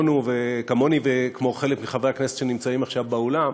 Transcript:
כמוני וכמו חלק מחברי הכנסת שנמצאים עכשיו באולם,